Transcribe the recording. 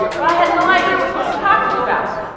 but i had no idea what she was talking about.